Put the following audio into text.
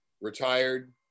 retired